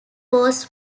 was